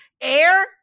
air